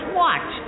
watch